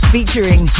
Featuring